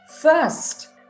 first